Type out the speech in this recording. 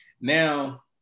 Now